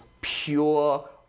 pure